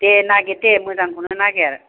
दे नागिर दे मोजांखौनो नागिर